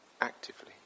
actively